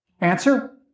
Answer